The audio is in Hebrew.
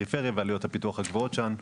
בפריפריה ואת עלויות הפיתוח הגבוהות שם,